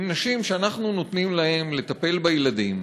נשים שאנחנו נותנים להן לטפל בילדים,